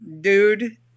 Dude